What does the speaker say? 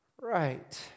Right